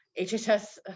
HHS